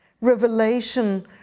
revelation